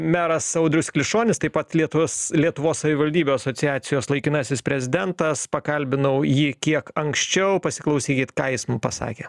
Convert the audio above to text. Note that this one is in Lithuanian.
meras audrius klišonis taip pat lietuvos lietuvos savivaldybių asociacijos laikinasis prezidentas pakalbinau jį kiek anksčiau pasiklausykit ką jis mum pasakė